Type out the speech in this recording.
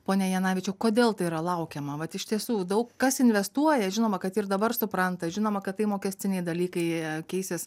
pone janavičiau kodėl tai yra laukiama vat iš tiesų daug kas investuoja žinoma kad ir dabar supranta žinoma kad tai mokestiniai dalykai keisis